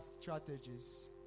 strategies